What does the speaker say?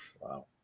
Wow